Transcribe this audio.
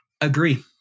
Agree